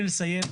חצוף.